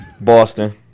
Boston